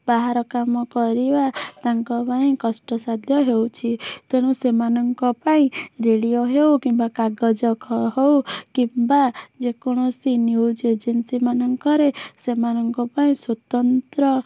ବାହାର କାମ କରିବା ତାଙ୍କ ପାଇଁ କଷ୍ଟସାଧ୍ୟ ହେଉଛି ତେଣୁ ସେମାନଙ୍କ ପାଇଁ ରେଡ଼ିଓ ହେଉ କିମ୍ବା କାଗଜ ହେଉ କିମ୍ବା ଯେକୌଣସି ନ୍ୟୁଜ୍ ଏଜେନ୍ସିମାନଙ୍କରେ ସେମାନଙ୍କ ପାଇଁ ସ୍ଵତନ୍ତ୍ର